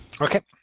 Okay